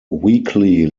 weekly